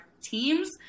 teams